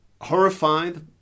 horrified